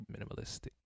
Minimalistic